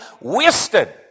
wasted